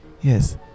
yes